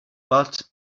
but